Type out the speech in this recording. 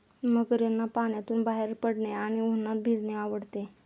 मगरींना पाण्यातून बाहेर पडणे आणि उन्हात भिजणे आवडते